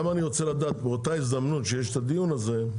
באותה הזדמנות שיש הדיון הזה,